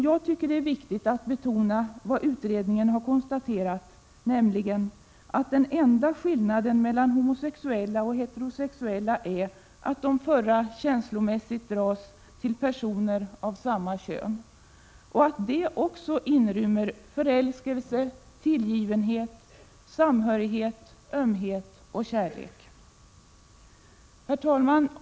Jag tycker det är viktigt att betona vad utredningen konstaterat nämligen: att den enda skillnaden mellan homosexuella och heterosexuella är att de förra känslomässigt dras till personer av samma kön och att det också inrymmer förälskelse, tillgivenhet, samhörighet, ömhet och kärlek. Herr talman!